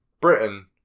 Britain